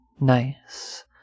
nice